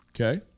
Okay